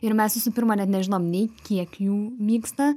ir mes visų pirma net nežinom nei kiek jų vyksta